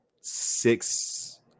six